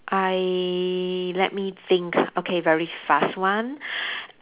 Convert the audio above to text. I let me think okay very fast one